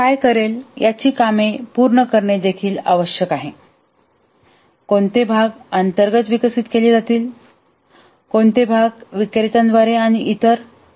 तर कोण काय करेल याची कामे पूर्ण करणे आवश्यक आहे कोणते भाग अंतर्गत विकसित केले जातील कोणते भाग विक्रेत्याद्वारे आणि इतर